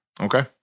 Okay